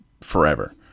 forever